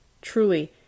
truly